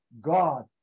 God